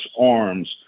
arms